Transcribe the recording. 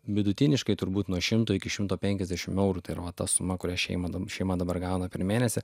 vidutiniškai turbūt nuo šimto iki šimto penkiasdešim eurų tai yra va ta suma kuria šeimai da šeima dabar gauna per mėnesį